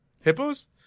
Hippos